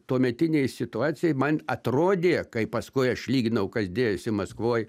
tuometinėj situacijoj man atrodė kaip paskui aš lyginau kas dėjosi maskvoj